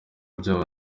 byawo